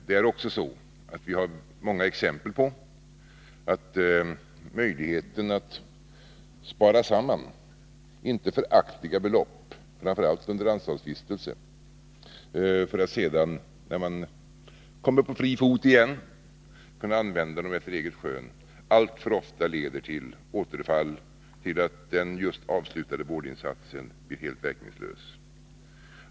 Vi har också många exempel på att möjligheten att spara samman inte föraktliga belopp, framför allt under anstaltsvistelse, för att sedan, när man kommer på fri fot igen, kunna använda dem efter eget skön, alltför ofta leder till återfall, till att den just avslutade vårdinsatsen blir helt verkningslös.